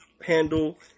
handle